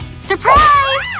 surprise!